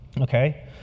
Okay